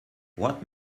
what